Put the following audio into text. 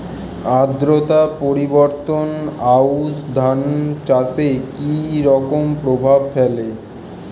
আদ্রতা পরিবর্তন আউশ ধান চাষে কি রকম প্রভাব ফেলে?